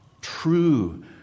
true